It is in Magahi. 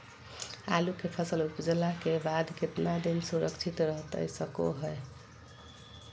आलू के फसल उपजला के बाद कितना दिन सुरक्षित रहतई सको हय?